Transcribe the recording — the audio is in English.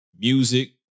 music